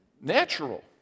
natural